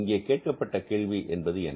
இங்கே கேட்கப்பட்ட கேள்வி என்பது என்ன